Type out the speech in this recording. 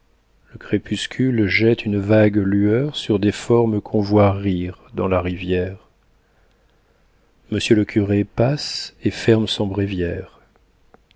le crépuscule jette une vague lueur sur des formes qu'on voit rire dans la rivière monsieur le curé passe et ferme son bréviaire